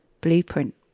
blueprint